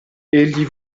egli